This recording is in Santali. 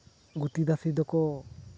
ᱜᱩᱛᱤ ᱫᱟᱥᱤ ᱫᱚᱠᱚ